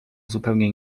zupełnie